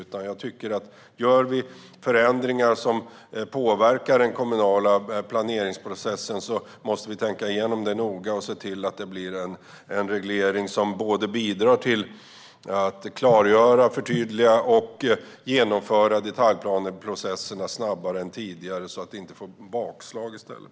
Om vi gör förändringar som påverkar den kommunala planeringsprocessen måste vi tänka igenom det noga och se till att det blir en reglering som bidrar till att klargöra, förtydliga och genomföra detaljplaneprocesserna snabbare än tidigare, så att det inte blir bakslag i stället.